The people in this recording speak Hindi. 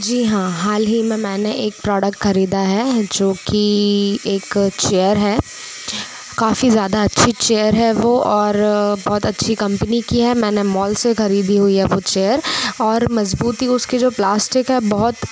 जी हाँ हाल ही में मैंने एक प्रोडक्ट ख़रीदा है जो की एक चेयर है काफ़ी ज़्यादा अच्छी चेयर है वह और बहुत अच्छी कम्पनी की है मैंने मॉल से ख़रीदी हुई है वह चेयर और मजबूती उसकी जो प्लास्टिक है बहुत